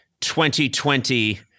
2020